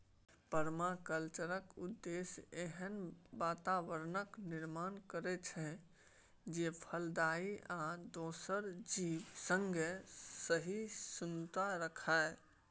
परमाकल्चरक उद्देश्य एहन बाताबरणक निर्माण करब छै जे फलदायी आ दोसर जीब संगे सहिष्णुता राखय